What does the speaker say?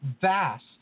vast